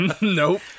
Nope